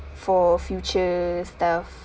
for future stuff